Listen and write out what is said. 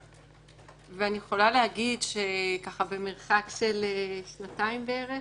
אני יכולה להגיד שבמרחק של שנתיים בערך,